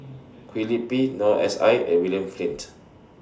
Kwee Lip Pee Noor S I and William Flint